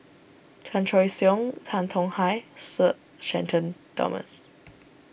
Chan Choy Siong Tan Tong Hye Sir Shenton Thomas